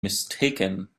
mistaken